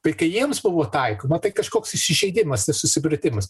tai kai jiems buvo taikoma tai kažkoks įsižeidimas nesusipratimas